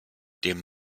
dem